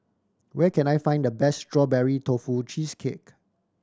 where can I find the best Strawberry Tofu Cheesecake